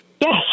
Yes